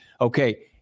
okay